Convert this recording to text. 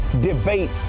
debate